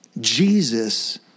Jesus